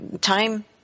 time